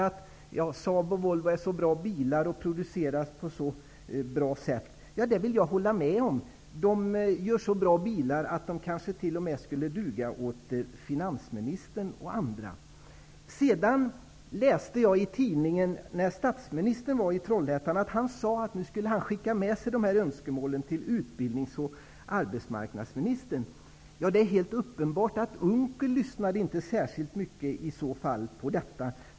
Saab och Volvo är så bra bilar och produceras på så bra sätt. Det vill jag hålla med om. Man gör så bra bilar att de kanske t.o.m. skulle duga åt finansministern och andra. Jag läste i tidningen att statsministern, när han var i Trollhättan, sade att han skulle ta med sig önskemålen till utbildnings och arbetsmarknadsministrarna. Det är helt uppenbart att Per Unckel inte lyssnade särskilt mycket på detta.